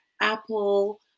Apple